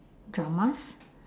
dramas